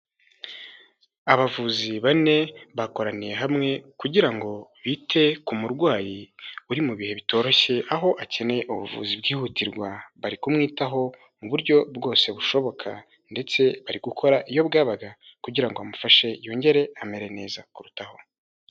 Abavuzi bane, bakoraniye hamwe, kugira ngo bite ku murwayi uri mu bihe bitoroshye, aho akeneye ubuvuzi bwihutirwa, bari kumwitaho mu buryo bwose bushoboka, ndetse bari gukora iyo bwabaga kugira ngo bamufashe yongere amere neza kurutaho.